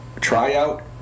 tryout